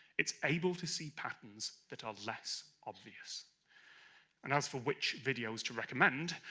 it's able to see patterns that are less obvious and as for which videos to recommend,